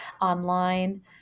online